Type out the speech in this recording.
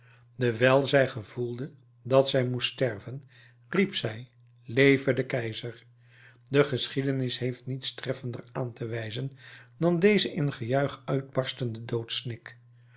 dewijl zij gevoelde dat zij moest sterven riep zij leve de keizer de geschiedenis heeft niets treffender aan te wijzen dan dezen in gejuich uitbarstenden